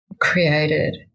created